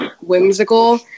whimsical